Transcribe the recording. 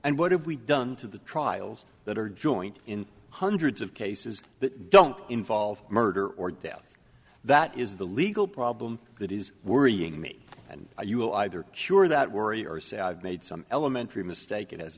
and what have we done to the trials that are joint in hundreds of cases that don't involve murder or death that is the legal problem that is worrying me and you will either cure that worry or say i've made some elementary mistake it has